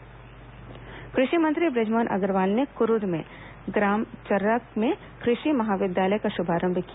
कृषि महाविद्यालय कृषि मंत्री बृजमोहन अग्रवाल ने कुरूद के ग्राम चर्रा में कृषि महाविद्यालय का शुभारंभ किया